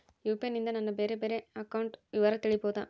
UPI ನಿಂದ ನನ್ನ ಬೇರೆ ಬೇರೆ ಬ್ಯಾಂಕ್ ಅಕೌಂಟ್ ವಿವರ ತಿಳೇಬೋದ?